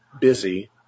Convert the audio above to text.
busy